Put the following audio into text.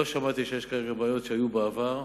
לא שמעתי שיש כרגע בעיות שהיו בעבר,